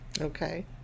Okay